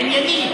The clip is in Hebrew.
ענייני,